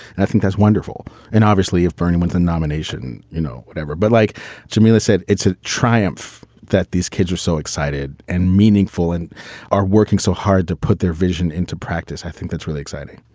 and i think that's wonderful. and obviously, if bernie wins the nomination, you know, whatever. but like jamelia said, it's a triumph that these kids are so excited and meaningful and are working so hard to put their vision into practice i think that's really exciting,